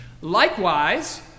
Likewise